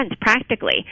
practically